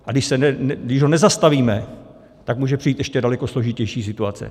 A když ho nezastavíme, tak může přijít ještě daleko složitější situace.